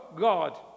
God